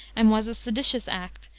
and was a seditious act,